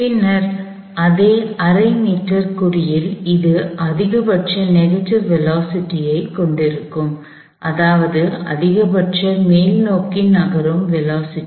பின்னர் அதே அரை மீட்டர் குறியில் அது அதிகபட்ச நெகடிவ் வேலோஸிட்டி ஐ எதிர்மறை வேகம் கொண்டிருக்கும் அதாவது அதிகபட்ச மேல்நோக்கி நகரும் வேலோஸிட்டி